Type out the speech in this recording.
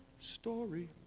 story